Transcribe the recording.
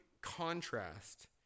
contrast